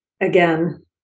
again